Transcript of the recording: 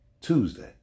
Tuesday